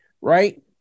right